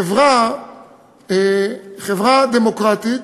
חברה דמוקרטית,